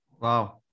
Wow